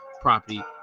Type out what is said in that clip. property